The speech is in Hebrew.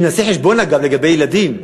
אם נעשה חשבון, אגב, לגבי ילדים,